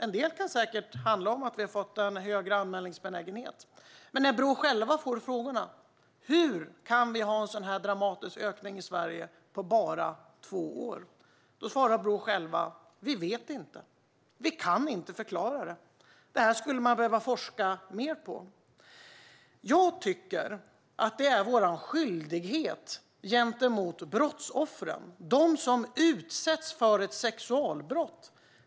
En del kan säkert handla om att vi har fått en högre anmälningsbenägenhet, men när Brå får frågan hur det kommer sig att vi fått en så dramatisk ökning på bara två år svarar Brå: Vi vet inte - vi kan inte förklara det. Detta skulle man behöva forska mer på. Jag tycker att detta är vår skyldighet gentemot brottsoffren, de som utsätts för ett sexualbrott.